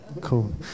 Cool